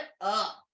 up